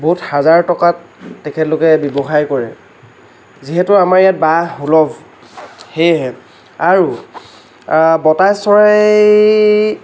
বহুত হাজাৰ টকাত তেখেতলোকে ব্যৱসায় কৰে যিহেতু আমাৰ ইয়াত বাঁহ সুলভ সেয়েহে আৰু বটা চৰাইৰ